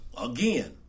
again